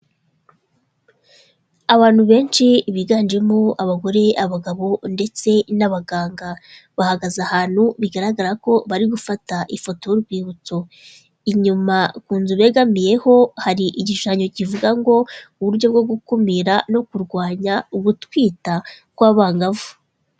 Abantu benshi biganjemo abagore, abagabo ndetse n'abaganga, bahagaze ahantu bigaragara ko bari gufata ifoto y'urwibutso, inyuma ku nzu begamiyeho hari igishushanyo kivuga ngo uburyo bwo gukumira no kurwanya ugutwita kw'abangavu.